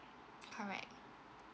correct